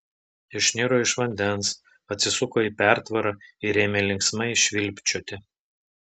išniro iš vandens atsisuko į pertvarą ir ėmė linksmai švilpčioti